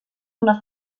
una